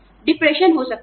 depression हो सकता है